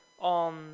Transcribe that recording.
on